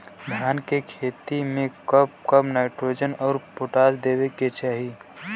धान के खेती मे कब कब नाइट्रोजन अउर पोटाश देवे के चाही?